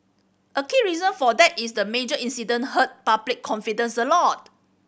a key reason for that is the major incident hurt public confidence a lot